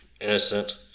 innocent